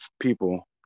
people